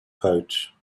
pouch